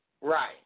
Right